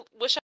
wish